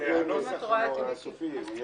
את הנוסח הסופי יש לכם?